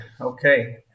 okay